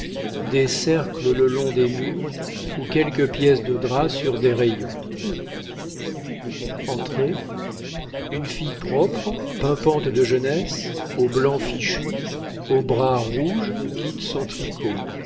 des cercles le long des murs ou quelques pièces de drap sur des rayons entrez une fille propre pimpante de jeunesse au blanc fichu aux bras rouges quitte son tricot